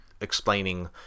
explaining